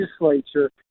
legislature